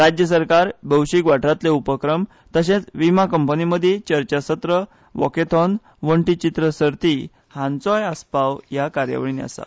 राज्य सरकार भौशीक वाठारांतले उपक्रम तशेंच विमो कंपनी मदीं चर्चासत्र वॉकेथॉन वण्टीचित्र सर्ती हांचोय आस्पाव ह्या कार्यावळींत आसा